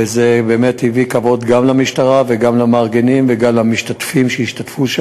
וזה באמת הביא כבוד גם למשטרה וגם למארגנים וגם למשתתפים שם.